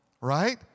right